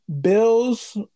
Bills